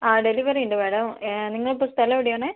ആ ഡെലിവെറി ഉണ്ട് മാഡം നിങ്ങളിപ്പം സ്ഥലം എവിടെയാണ്